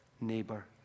neighbor